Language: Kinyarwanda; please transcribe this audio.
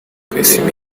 kwesa